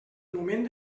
moment